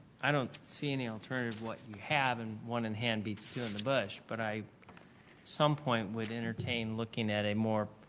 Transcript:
i don't see any alternative what you have and one in hand beats two in the bush. but i at some point would entertain looking at a more